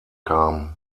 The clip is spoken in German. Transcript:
kam